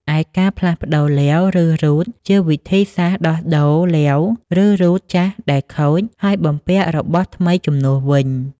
ឯការផ្លាស់ប្តូរឡេវ ឬរ៉ូតជា វិធីសាស្ត្រដោះដូរឡេវ ឬរ៉ូតចាស់ដែលខូច ហើយបំពាក់របស់ថ្មីជំនួសវិញ។